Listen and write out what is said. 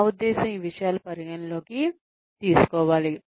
నా ఉద్దేశ్యం ఈ విషయాలు పరిగణనలోకి తీసుకోవాలి